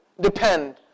depend